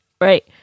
right